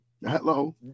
Hello